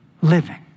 living